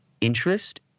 interest